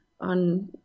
on